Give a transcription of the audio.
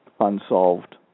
Unsolved